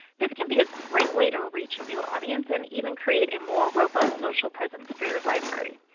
this can be a great way to reach a new audience, and even create a more robust social presence for your library.